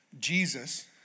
Jesus